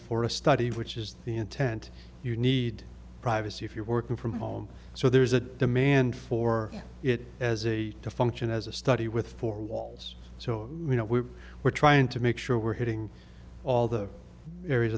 for a study which is the intent you need privacy if you're working from home so there's a demand for it as a function as a study with four walls so you know we're trying to make sure we're hitting all the areas